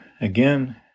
again